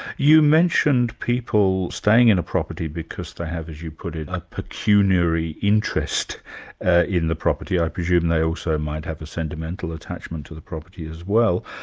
you mentioned people staying in a property because they have, as you put it, a pecuniary interest in the property i presume they also might have a sentimental attachment to the property as well.